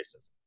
racism